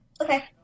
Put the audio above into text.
Okay